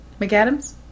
McAdams